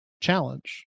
challenge